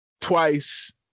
twice